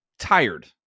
tired